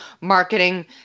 marketing